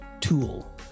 tool